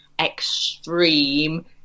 extreme